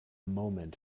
moment